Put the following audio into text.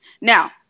Now